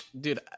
dude